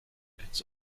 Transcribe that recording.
it’s